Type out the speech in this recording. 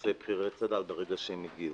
ובנושא בכירי צד"ל ברגע שהם הגיעו.